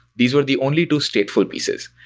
these were the only two stateful pieces.